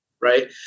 Right